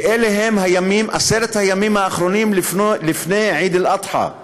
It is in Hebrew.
עשרת הימים האחרונים לפני עיד אל-אדחא,